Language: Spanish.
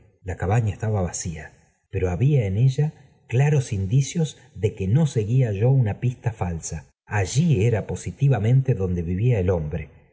la cabaña estaba vacia pero había on ella claros indicios de que no seguía yo una pista falsa allí era positivamente donde vivía el hombre